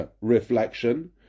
reflection